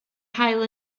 haul